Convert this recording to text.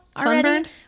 already